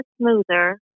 smoother